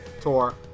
tour